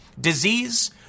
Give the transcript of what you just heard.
Disease